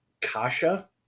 kasha